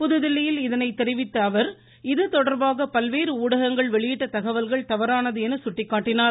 புதுதில்லியில் இன்று இதை தெரிவித்த அவர் இது தொடர்பாக பல்வேறு ஊடகங்கள் வெளியிட்ட தகவல்கள் தவறானது என்று சுட்டிக்காட்டினார்